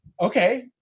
okay